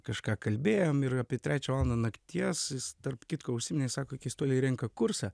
kažką kalbėjom ir apie trečią valandą nakties jis tarp kitko užsiminė sako keistuoliai renka kursą